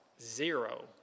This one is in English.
zero